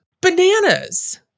bananas